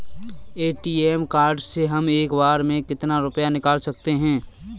ATM card से हम एक बार में कितना रुपया निकाल सकते हैं?